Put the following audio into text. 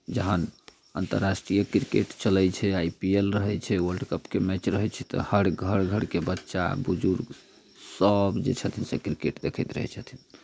जखन अन्तर्राष्ट्रीय क्रिकेट चलै छै आई पी एल रहैत छै वर्ल्ड कपके मैच रहै छै तऽ हर घर घरके बच्चा बुजुर्गसभ जे छथिन से क्रिकेट देखैत रहै छथिन